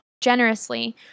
generously